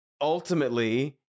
ultimately